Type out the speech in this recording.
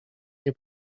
nie